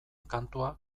kantua